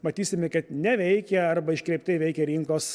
matysime kad neveikia arba iškreiptai veikia rinkos